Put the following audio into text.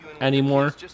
anymore